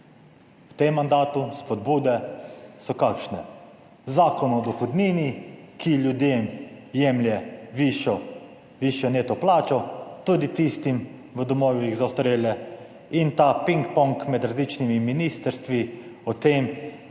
v tem mandatu. Spodbude so kakšne? Zakon o dohodnini, ki ljudem jemlje višjo, višjo neto plačo, tudi tistim v domovih za ostarele, in ta ping pong med različnimi ministrstvi o tem,